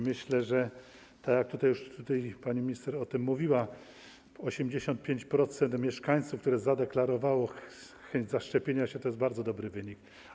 Myślę, że - tak jak już tutaj pani minister o tym mówiła - 85% mieszkańców, którzy zadeklarowali chęć zaszczepienia się, to jest bardzo dobry wynik.